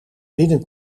binnen